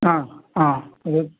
हा हा ओ